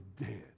dead